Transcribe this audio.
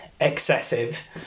excessive